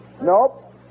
Nope